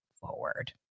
forward